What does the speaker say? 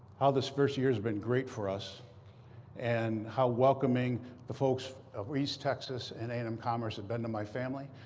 how this first year has been great for us and how welcoming the folks of east texas and a and m commerce have been to my family.